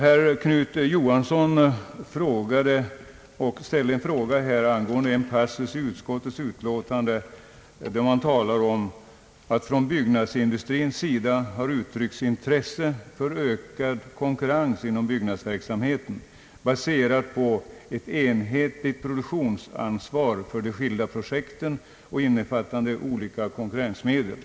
Herr Knut Johansson ställde en fråga angående den passus i utskottets utlåtande där det talas om att det från byggnadsindustrins sida har uttryckts intresse för ökad konkurrens inom byggnadsverksamheten, baserad på ett enhetligt produktionsansvar för de skilda projekten och innefattande olika konkurrensmedel.